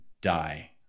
die